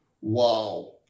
wow